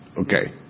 Okay